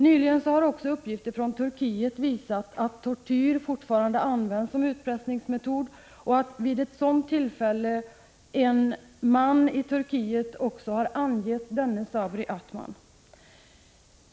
Nyligen har också uppgifter från Turkiet visat att tortyr fortfarande används som utpressningsmetod och att vid ett sådant tortyrtillfälle en man i Turkiet också har angett denne Sabri Atman.